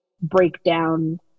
breakdown